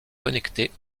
connectée